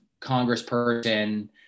congressperson